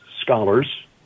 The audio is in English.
scholars